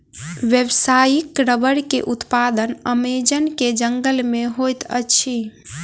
व्यावसायिक रबड़ के उत्पादन अमेज़न के जंगल में होइत अछि